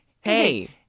Hey